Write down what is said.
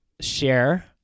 share